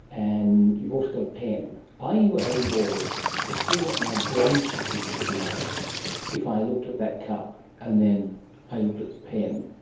and you've also got a pen. are you able to see what my brain patterns would be like if i looked at that cup and then i looked at the pen?